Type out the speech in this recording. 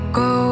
go